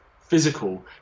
physical